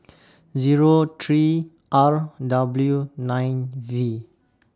Zero three R W nine V